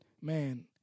man